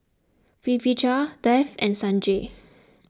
Pritiviraj Dev and Sanjeev